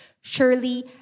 Surely